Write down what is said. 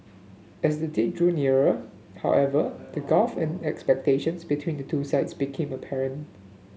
as the date drew nearer however the gulf in expectations between the two sides became apparent